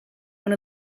one